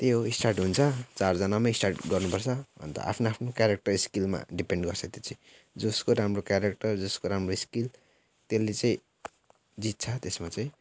त्यही हो स्टार्ट हुन्छ चारजनामै स्टार्ट गर्नु पर्छ आफ्नो आफ्नो क्यारेक्टर स्किलमा डिपेन्ड गर्छ त्यो चाहिँ जसको राम्रो क्यारेक्टर जसको राम्रो स्किल त्यसले चाहिँ जित्छ त्यसमा चाहिँ